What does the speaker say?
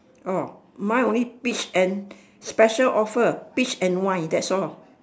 orh mine only peach and special offer peach and wine that's all